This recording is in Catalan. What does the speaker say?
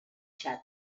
txad